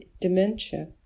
dementia